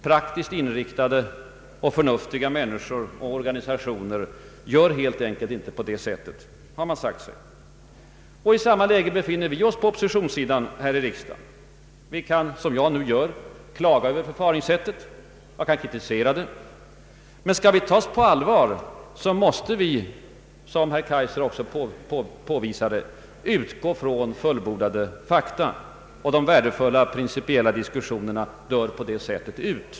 Praktiskt inriktade och förnuftiga människor och organisationer gör helt enkelt inte på det sättet, har man sagt sig. I samma läge befinner vi oss på oppositionssidan här i riksdagen. Vi kan, som jag nu gör, klaga över förfaringssättet och kritisera det. Men skall vi tas på allvar måste vi, som herr Kaijser också påvisade, utgå från fullbordade fakta. De värdefulla principiella diskussionerna dör på det sättet ut.